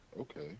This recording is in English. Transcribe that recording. Okay